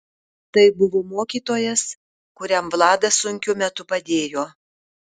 tai buvo mokytojas kuriam vladas sunkiu metu padėjo